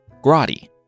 Grotti